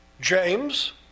James